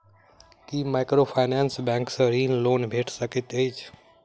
की microfinance bank सँ कृषि loan भेटि सकैत अछि?